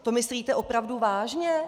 To myslíte opravdu vážně?